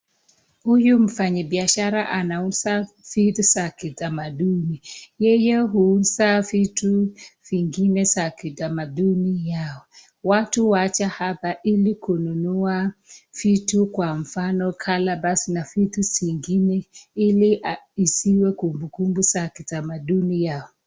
Huyu mfanyi biashara anauza vitu za kitamaduni, yeye huuza vitu vingine za kitamaduni yao. Watu waja hapa ili kununua vitu kwa mfano calabash na vitu zingine ili isiwe kumbukumbu za kitamaduni yao.